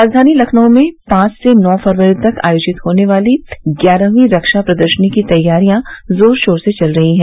राजधानी लखनऊ में पांच से नौ फरवरी तक आयोजित होने वाली ग्यारहवीं रक्षा प्रदर्शनी की तैयारियां जोर शोर से चल रही हैं